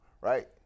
right